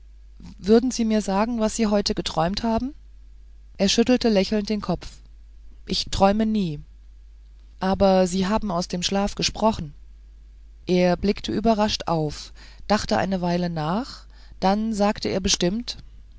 würden sie mir sagen was sie heute geträumt haben er schüttelte lächelnd den kopf ich träume nie aber sie haben aus dem schlaf gesprochen er blickte überrascht auf dachte eine weile nach dann sagte er bestimmt